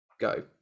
go